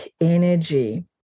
energy